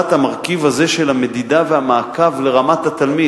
המרכיב הזה של המדידה והמעקב לרמת התלמיד.